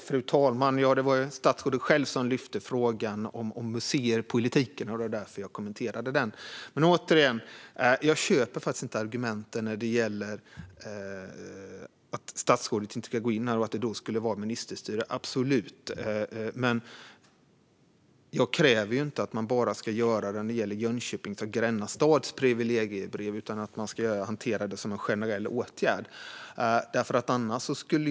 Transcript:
Fru talman! Det var statsrådet själv som lyfte fram museipolitiken, och det var därför jag kommenterade den. Jag köper inte argumentet att statsrådet inte ska gå in här, då det skulle vara ministerstyre. Jag kräver ju inte att man ska göra detta bara för Jönköpings stads och Gränna stads privilegiebrev utan att man ska hantera det som en generell åtgärd.